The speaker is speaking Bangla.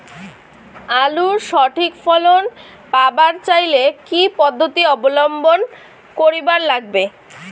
আলুর সঠিক ফলন পাবার চাইলে কি কি পদ্ধতি অবলম্বন করিবার লাগবে?